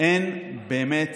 אין באמת